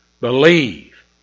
believe